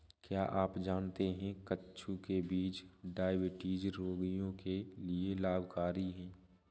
क्या आप जानते है कद्दू के बीज डायबिटीज रोगियों के लिए लाभकारी है?